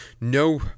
no